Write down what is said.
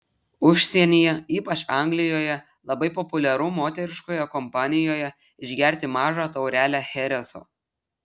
užsienyje ypač anglijoje labai populiaru moteriškoje kompanijoje išgerti mažą taurelę chereso